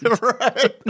Right